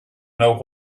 know